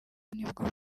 nibwo